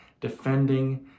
defending